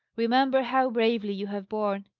remember how bravely you have borne.